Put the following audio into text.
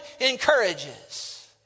encourages